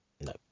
no